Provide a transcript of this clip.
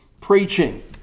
preaching